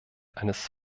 eines